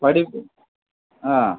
படிப்பு ஆ